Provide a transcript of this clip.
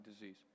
disease